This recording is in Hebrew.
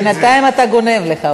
בינתיים אתה גונב לך את הדקה.